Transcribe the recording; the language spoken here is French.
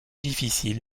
difficile